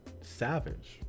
savage